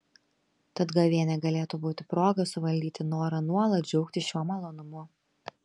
tad gavėnia galėtų būti proga suvaldyti norą nuolat džiaugtis šiuo malonumu